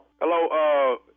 Hello